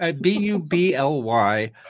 B-U-B-L-Y